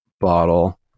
bottle